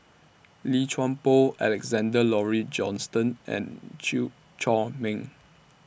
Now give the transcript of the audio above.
Lim Chuan Poh Alexander Laurie Johnston and Chew Chor Meng